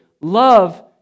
love